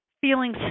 feeling